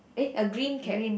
eh a green cap